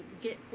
get